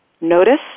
notice